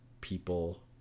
people